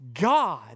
God